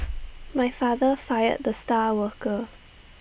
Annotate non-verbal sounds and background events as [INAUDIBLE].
[NOISE] my father fired the star worker [NOISE]